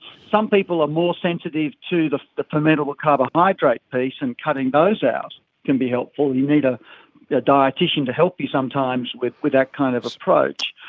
some people are more sensitive to the the fermentable carbohydrate piece and cutting those out can be helpful. you need a yeah dietician to help you sometimes with with that kind of approach.